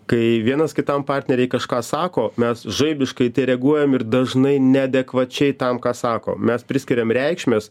kai vienas kitam partneriai kažką sako mes žaibiškai reaguojam ir dažnai neadekvačiai tam ką sako mes priskiriam reikšmes